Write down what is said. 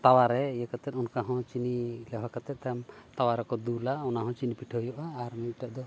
ᱛᱟᱣᱟᱨᱮ ᱤᱭᱟᱹ ᱠᱟᱛᱮᱫ ᱚᱱᱠᱟ ᱦᱚᱸ ᱪᱤᱱᱤ ᱞᱮᱣᱦᱟ ᱠᱟᱛᱮᱫ ᱛᱟᱭᱚᱢ ᱛᱟᱣᱟ ᱨᱮᱠᱚ ᱫᱩᱞᱟ ᱚᱱᱟ ᱦᱚᱸ ᱪᱤᱱᱤ ᱯᱤᱴᱷᱟᱹ ᱦᱩᱭᱩᱜᱼᱟ ᱟᱨ ᱢᱤᱫᱴᱮᱡ ᱫᱚ